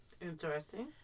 Interesting